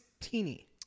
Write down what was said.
teeny